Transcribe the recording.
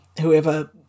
whoever